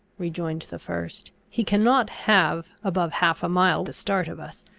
rejoined the first he cannot have above half a mile the start of us.